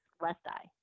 left-eye